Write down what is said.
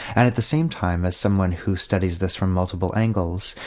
and at the same time as someone who studies this from multiple angles,